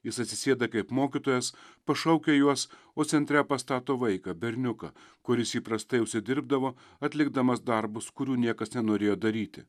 jis atsisėda kaip mokytojas pašaukia juos o centre pastato vaiką berniuką kuris įprastai užsidirbdavo atlikdamas darbus kurių niekas nenorėjo daryti